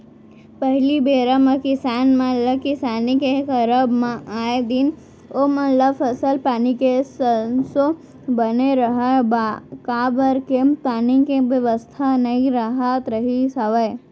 पहिली बेरा म किसान मन ल किसानी के करब म आए दिन ओमन ल फसल पानी के संसो बने रहय काबर के पानी के बेवस्था नइ राहत रिहिस हवय